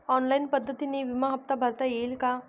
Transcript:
Online पद्धतीने विमा हफ्ता भरता येईल का?